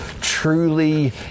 Truly